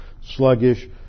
sluggish